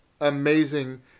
amazing